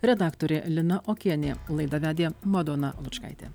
redaktorė lina okienė laidą vedė madona lučkaitė